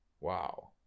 wow